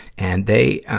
and they, ah,